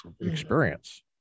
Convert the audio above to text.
experience